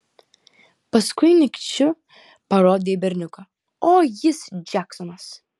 paskui nykščiu parodė į berniuką o jis džeksonas